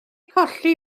colli